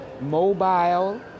mobile